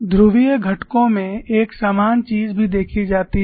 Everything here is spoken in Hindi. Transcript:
ध्रुवीय घटकों में एक समान चीज भी देखी जाती है